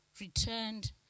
returned